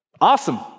Awesome